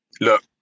look